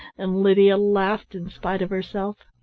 and lydia laughed in spite of herself.